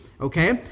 Okay